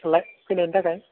थांलाय फैलायनि थाखाय